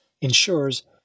ensures